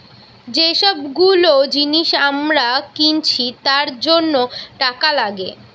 যে সব গুলো জিনিস আমরা কিনছি তার জন্য টাকা লাগে